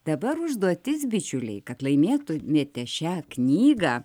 dabar užduotis bičiuliai kad laimėtumėte šią knygą